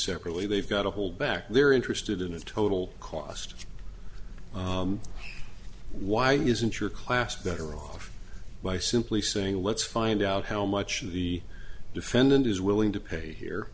separately they've got to hold back they're interested in a total cost why isn't your class better off by simply saying let's find out how much of the defendant is willing to pay